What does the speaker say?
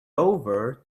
over